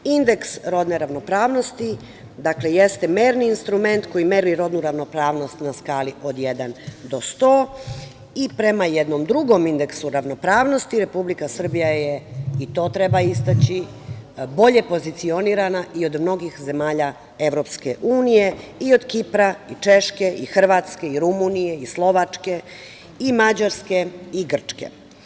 Indeks rodne ravnopravnosti jeste merni instrument koji meri rodnu ravnopravnost na skali od 1 do 100 i prema jednom drugom indeksu ravnopravnosti Republika Srbija je, i to treba istaći, bolje pozicionirana i od mnogih zemalja Evropske unije, i od Kipra, i Češke, i Hrvatske, i Rumunije, i Slovačke, i Mađarske i Grčke.